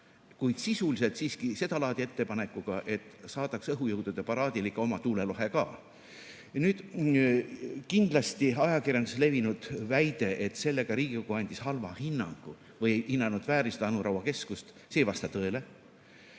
kuid sisuliselt siiski sedalaadi ettepanekuga, et saadaks õhujõudude paraadile ikka oma tuulelohe ka. Nüüd, ajakirjanduses levinud väide, et sellega Riigikogu andis halva hinnangu või ei hinnanud vääriliselt Anu Raua keskust – see ei vasta tõele.